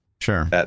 Sure